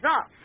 off